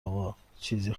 آقاچیزی